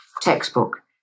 textbook